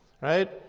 Right